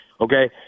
okay